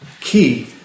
key